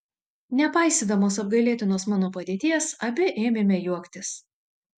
nepaisydamos apgailėtinos mano padėties abi ėmėme juoktis